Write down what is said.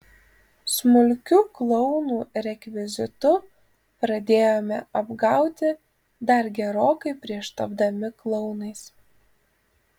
smulkiu klounų rekvizitu pradėjome apgauti dar gerokai prieš tapdami klounais